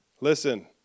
Listen